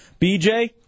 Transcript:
BJ